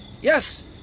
Yes